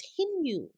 continue